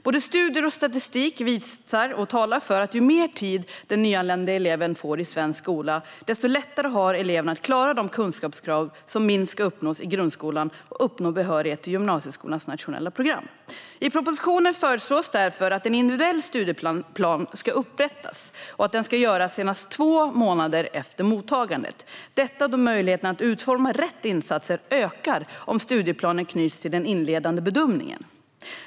Både studier och statistik talar för att ju mer tid den nyanlände eleven får i svensk grundskola, desto lättare har eleven att klara de kunskapskrav som ska uppnås i grundskolan och uppnå behörighet till gymnasieskolans nationella program. I propositionen föreslås därför att en individuell studieplan ska upprättas och att detta ska göras senast två månader efter mottagandet, eftersom möjligheterna att utforma rätt insatser ökar om studieplanen knyts till den inledande bedömningen.